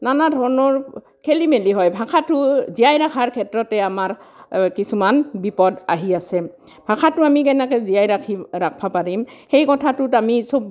নানা ধৰণৰ খেলিমেলি হয় ভাষাটো জীয়াই ৰখাৰ ক্ষেত্ৰতে আমাৰ কিছুমান বিপদ আহি আছে ভাষাটো আমি কেনেকৈ জীয়াই ৰাখিম ৰাখবা পাৰিম সেই কথাটোত আমি চব